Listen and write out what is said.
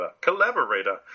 collaborator